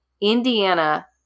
Indiana